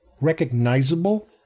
recognizable